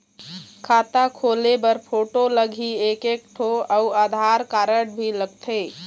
खाता खोले बर फोटो लगही एक एक ठो अउ आधार कारड भी लगथे?